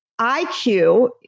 IQ